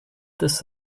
this